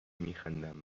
میخندم